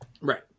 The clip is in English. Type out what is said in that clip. Right